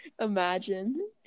Imagine